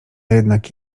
jednak